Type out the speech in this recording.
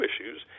issues